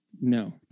No